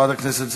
החברתיים.